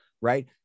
right